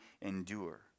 endure